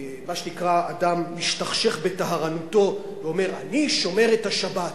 מה שנקרא "אדם משתכשך בטהרנותו" ואומר: אני שומר את השבת.